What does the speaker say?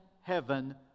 heaven